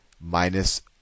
minus